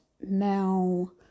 now